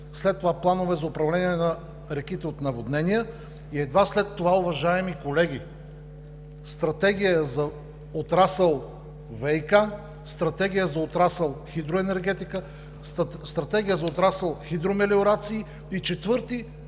басейни; планове за управление на реките от наводнения и едва след това, уважаеми колеги, стратегия за отрасъл ВиК, стратегия за отрасъл „Хидроенергетика“, стратегия за отрасъл „Хидромелиорации“ и четвърти